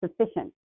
sufficient